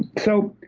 so,